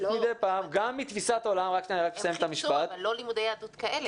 מדי פעם גם מתפיסת עולם --- הם חיפשו אבל לא לימודי יהדות כאלה.